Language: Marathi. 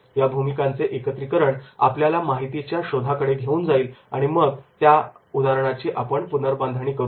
या भूमिकांचे एकत्रीकरण आपल्याला माहितीच्या शोधाकडे घेऊन जाईल आणि मग आपण त्या उदाहरणाची पुनर्बांधणी करू